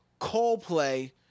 Coldplay